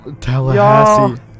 Tallahassee